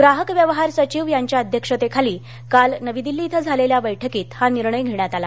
ग्राहक व्यवहार सधिव यांच्या अध्यक्षतेखाली काल नवी दिल्ली इथं झालेल्या बैठकीत हा निर्णय घेण्यात आला